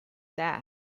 that